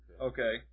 Okay